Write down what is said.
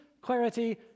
clarity